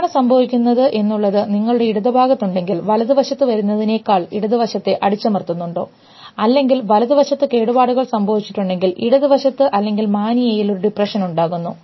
എന്താണ് സംഭവിക്കുന്നത് എന്നുള്ളത് നിങ്ങളുടെ ഇടതുഭാഗത്ത് ഉണ്ടെങ്കിൽ വലതുവശത്ത് വരുന്നതിനേക്കാൾ ഇടത് വശത്തെ അടിച്ചമർത്തുന്നുണ്ടോ അല്ലെങ്കിൽ വലതുവശത്ത് കേടുപാടുകൾ സംഭവിച്ചിട്ടുണ്ടെങ്കിൽ ഇടത് വശത്ത് അല്ലെങ്കിൽ മാനിയയിൽ ഒരു ഡിപ്രഷൻ ഉണ്ടാകുന്നു